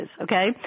okay